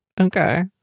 Okay